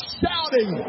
shouting